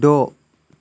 द'